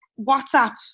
WhatsApp